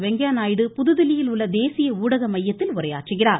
வெங்கய்ய நாயுடு புதுதில்லியில் உள்ள தேசிய ஊடக மையத்தில் உரையாற்றுகிறார்